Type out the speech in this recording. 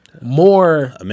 more